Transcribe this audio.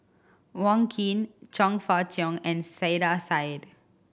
Wong Keen Chong Fah Cheong and Saiedah Said